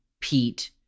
Pete